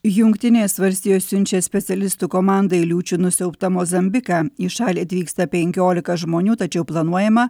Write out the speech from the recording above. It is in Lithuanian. jungtinės valstijos siunčia specialistų komandą į liūčių nusiaubtą mozambiką į šalį atvyksta penkiolika žmonių tačiau planuojama